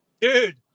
dude